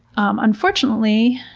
unfortunately,